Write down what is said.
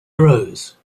arose